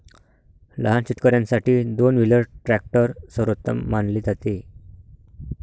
लहान शेतकर्यांसाठी दोन व्हीलर ट्रॅक्टर सर्वोत्तम मानले जाते